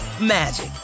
magic